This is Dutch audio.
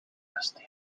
kastelen